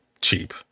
cheap